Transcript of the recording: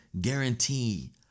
guarantee